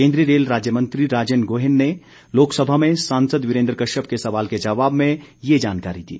केंद्रीय रेल राज्य मंत्री राजेन गोहेन ने लोकसभा में सांसद वीरेन्द्र कश्यप के सवाल के जवाब में ये जानकारी दी